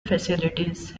facilities